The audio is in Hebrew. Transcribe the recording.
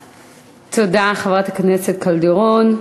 תודה, חברת הכנסת קלדרון.